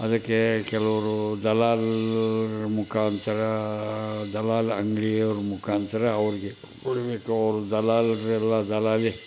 ಅದಕ್ಕೆ ಕೆಲವರು ದಲ್ಲಾಳ್ರು ಮುಖಾಂತರ ದಲ್ಲಾಳಿ ಅಂಗ್ಡಿಯವರು ಮುಖಾಂತರ ಅವರಿಗೆ ಕೊಡಬೇಕು ಅವ್ರು ದಲ್ಲಾಳರೆಲ್ಲ ದಲ್ಲಾಳಿ